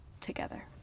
together